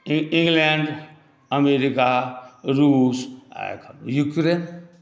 England America रुस आ Ukraine